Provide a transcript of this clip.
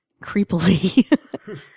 creepily